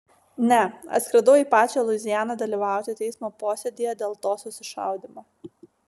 ne atskridau į pačią luizianą dalyvauti teismo posėdyje dėl to susišaudymo